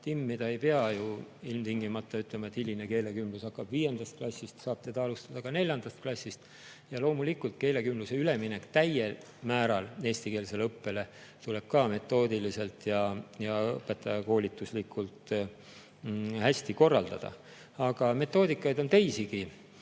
timmida. Ei pea ju ilmtingimata ütlema, et hiline keelekümblus hakkab viiendast klassist, seda saab alustada ka neljandast klassist. Ja loomulikult keelekümbluselt üleminek täiel määral eestikeelsele õppele tuleb ka metoodiliselt ja õpetajakoolituses hästi korraldada. Aga metoodikaid on teisigi.